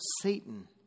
Satan